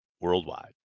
worldwide